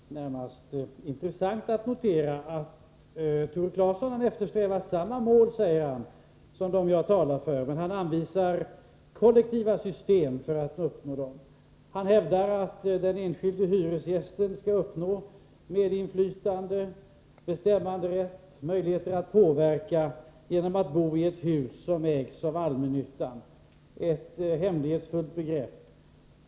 Herr talman! Det är intressant att notera att Tore Claeson säger sig eftersträva samma mål som jag talar för, men han anvisar kollektiva system för att uppnå dem. Han hävdar att den enskilde hyresgästen skall uppnå medinflytande, bestämmanderätt och möjligheter att påverka genom att boi ett hus som ägs av allmännyttan — ett hemlighetsfullt begrepp.